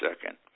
second